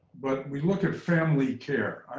but we look at family care.